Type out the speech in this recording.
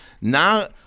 Now